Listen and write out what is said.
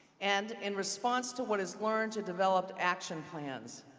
and, in response to what is learned, to develop action plans.